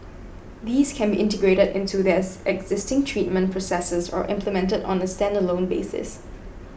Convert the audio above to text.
these can be integrated into their existing treatment processes or implemented on a stand alone basis